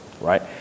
right